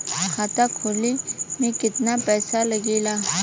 खाता खोले में कितना पैसा लगेला?